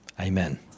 Amen